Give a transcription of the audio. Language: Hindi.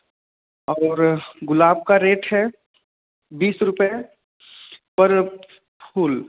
और गुलाब का रेट है बीस रुपये पर फूल